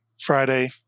Friday